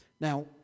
Now